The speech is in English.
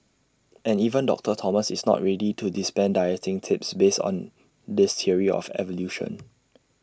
and even doctor Thomas is not ready to dispense dieting tips based on this theory of evolution